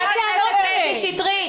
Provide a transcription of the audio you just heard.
חברת הכנסת שטרית.